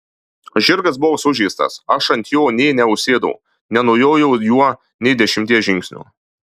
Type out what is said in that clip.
žirgas buvo sužeistas aš ant jo nė neužsėdau nenujojau juo nė dešimties žingsnių